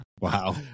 wow